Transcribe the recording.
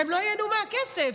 הן לא ייהנו מהכסף.